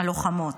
הלוחמות,